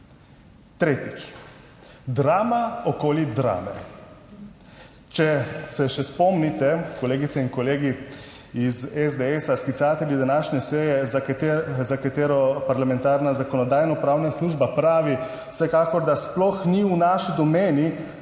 Tretjič, drama okoli Drame. Če se še spomnite, kolegice in kolegi iz SDS, sklicatelji današnje seje, za katero parlamentarna zakonodajnopravna služba pravi, vsekakor da sploh ni v naši domeni,